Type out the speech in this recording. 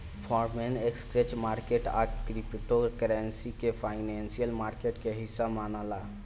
foreign exchange market आ crypto currency भी financial market के हिस्सा मनाला